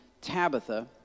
Tabitha